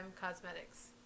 Cosmetics